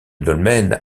dolmen